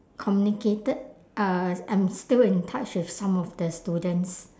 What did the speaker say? communicated uh I'm still in touch with some of the students